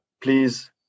please